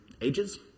Ages